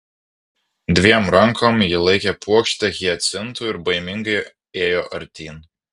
dviem rankom ji laikė puokštę hiacintų ir baimingai ėjo artyn